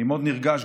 אני מאוד נרגש.